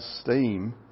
steam